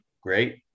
great